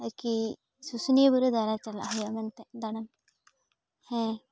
ᱟᱨᱠᱤ ᱥᱩᱥᱩᱱᱤᱭᱟᱹ ᱵᱩᱨᱩ ᱫᱟᱬᱟ ᱪᱟᱞᱟᱜ ᱦᱩᱭᱩᱜᱼᱟ ᱢᱮᱱᱛᱮ ᱫᱟᱬᱟᱱ ᱦᱮᱸ